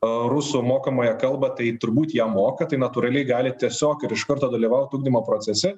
rusų mokomąja kalbą tai turbūt ją moka tai natūraliai gali tiesiog ir iš karto dalyvaut ugdymo procese